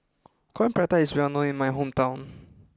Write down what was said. Coin Prata is well known in my hometown